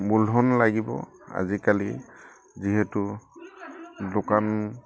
মূলধন লাগিব আজিকালি যিহেতু দোকান